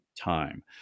time